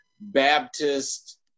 Baptist